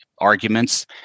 arguments